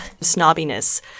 snobbiness